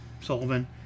Sullivan